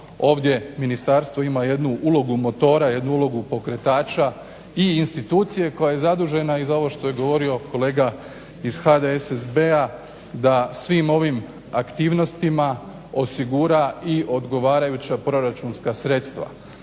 ovdje ministarstvo ima jednu ulogu motora, jednu ulogu pokretača i institucije koja je zadužena i za ovo što je govorio kolega iz HDSSB-a da svim ovim aktivnostima osigura i odgovarajuća proračunska sredstva,